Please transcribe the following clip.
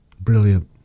Brilliant